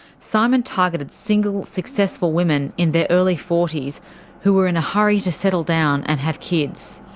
simon targeted single, successful women in their early forty s who were in a hurry to settle down and have kids.